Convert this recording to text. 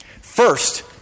First